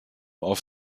auf